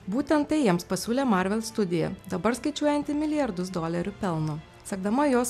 būtent tai jiems pasiūlė marvel studija dabar skaičiuojanti milijardus dolerių pelno siekdama jos